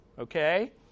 okay